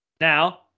Now